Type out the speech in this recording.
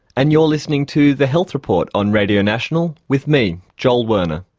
and you're listening to the health report on radio national with me, joel werner.